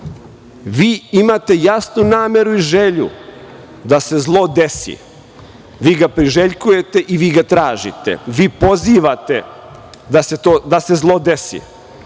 vi imate jasnu nameru i želju da se zlo desi, vi ga priželjkujete i vi ga tražite, vi pozivate da se zlo desi. Zato